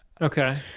okay